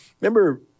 Remember